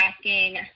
asking